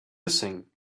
listening